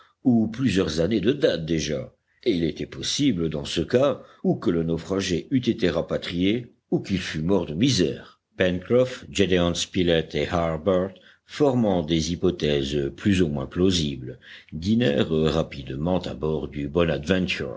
ou plusieurs années de date déjà et il était possible dans ce cas ou que le naufragé eût été rapatrié ou qu'il fût mort de misère pencroff gédéon spilett et harbert formant des hypothèses plus ou moins plausibles dînèrent rapidement à bord du